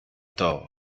tour